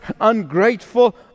ungrateful